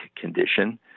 condition